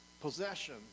possession